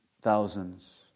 thousands